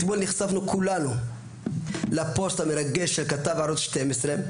אתמול נחשפנו כולנו לפוסט המרגש שכתב ערוץ 12,